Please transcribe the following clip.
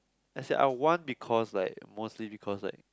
as in I want because like mostly because like